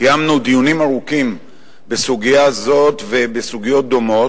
קיימנו דיונים ארוכים בסוגיה זו ובסוגיות דומות,